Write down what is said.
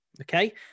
okay